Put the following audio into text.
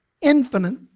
infinite